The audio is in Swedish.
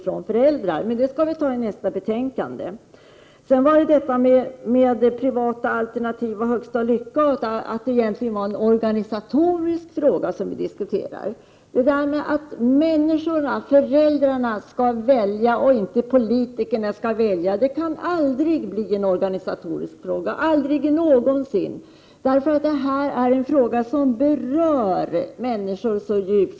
Den aspekten kommer att tas upp i ett kommande betänkande. Sedan något om detta med privata alternativ, den högsta lyckan och talet om att det skulle röra sig om en organisatorisk fråga. Men kravet att det är föräldrarna och inte politikerna som skall välja kan aldrig bli en organisatorisk fråga. Det här berör ju människor så djupt.